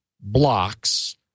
blocks